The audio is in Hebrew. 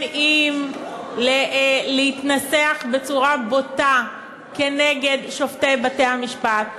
אם להתנסח בצורה בוטה כנגד שופטי בתי-המשפט,